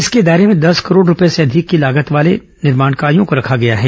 इसके दायरे भें दस करोड़ रूपये से अधिक की लागत वाले कार्यों को रखा गया है